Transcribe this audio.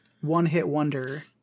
one-hit-wonder